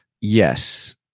Yes